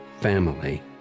family